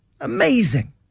Amazing